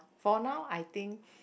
for now I think